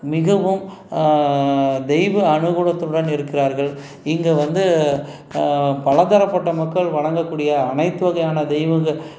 மிகவும் தெய்வ அனுகூலத்துடன் இருக்கிறார்கள் இங்கே வந்து பலதரப்பட்ட மக்கள் வணங்கக்கூடிய அனைத்து வகையான தெய்வங்கள்